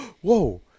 Whoa